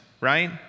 right